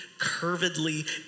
curvedly